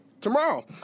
Tomorrow